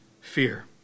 fear